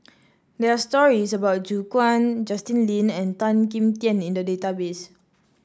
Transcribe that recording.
there are stories about Gu Juan Justin Lean and Tan Kim Tian in the database